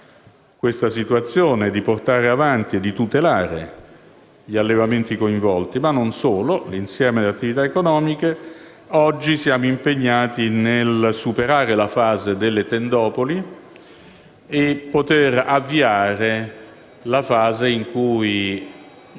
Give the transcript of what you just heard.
la situazione, di portare avanti e tutelare gli allevamenti coinvolti, ma non solo, anche l'insieme delle attività economiche. Oggi siamo impegnati nel superare la fase delle tendopoli per poter avviare la fase in cui